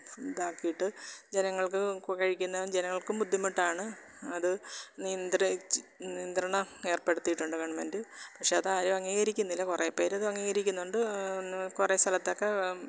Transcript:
ഇതാക്കിയിട്ട് ജനങ്ങള്ക്ക് കഴിക്കുന്ന ജനങ്ങള്ക്കും ബുദ്ധിമുട്ടാണ് അത് നിയന്ത്രിച്ചു നിയന്ത്രണ ഏര്പ്പെടുത്തിയിട്ടുണ്ട് ഗവണ്മെന്റ് പക്ഷെ അതാരും അംഗീകരിക്കുന്നില്ല കുറേപ്പേർ അത് അംഗീകരിക്കുന്നുണ്ട് ഒന്ന് കുറേ സ്ഥലത്തൊക്കെ